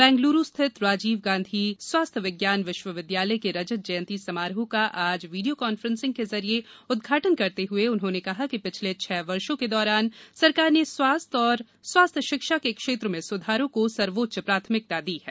बेंगलुरू स्थित राजीव गांधी स्वास्थ्य विज्ञान विश्वविद्यालय के रजत जयंती समारोह का आज वीडियो कान्फ्रेंस के जरिये उदघाटन करते हुए उन्होंने कहा कि पिछले छह वर्षों के दौरान सरकार ने स्वास्थ्य और स्वास्थ्य शिक्षा के क्षेत्र में सुधारों को सर्वोच्च प्राथमिकता दी है